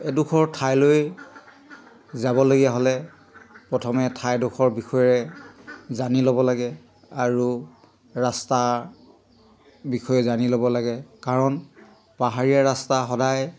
এডোখৰ ঠাইলৈ যাবলগীয়া হ'লে প্ৰথমে ঠাইডোখৰ বিষয়ে জানি ল'ব লাগে আৰু ৰাস্তাৰ বিষয়ে জানি ল'ব লাগে কাৰণ পাহাৰীয়া ৰাস্তা সদায়